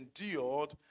endured